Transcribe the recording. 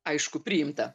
aišku priimta